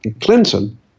Clinton